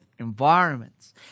environments